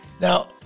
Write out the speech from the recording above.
Now